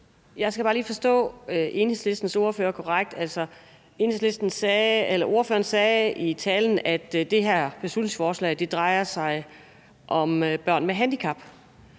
Jeg skal bare lige forstå Enhedslistens ordfører korrekt. Altså, ordføreren sagde i talen, at det her beslutningsforslag drejer sig om børn med handicap.